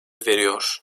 veriyor